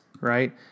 right